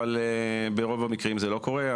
אבל ברוב המקרים זה לא קורה,